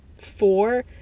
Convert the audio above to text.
four